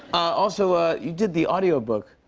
also, ah you did the audio book.